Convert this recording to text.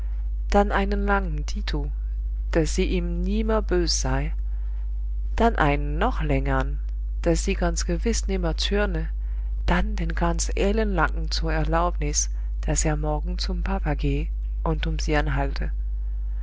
dann einen langen dito daß sie ihm nimmer bös sei dann einen noch längeren daß sie ganz gewiß nimmer zürne dann den ganz ellenlangen zur erlaubnis daß er morgen zum papa gehe und um sie anhalte